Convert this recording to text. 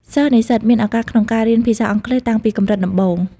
សិស្សនិស្សិតមានឱកាសក្នុងការរៀនភាសាអង់គ្លេសតាំងពីកម្រិតដំបូង។